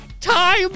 time